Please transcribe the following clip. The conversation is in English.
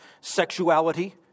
sexuality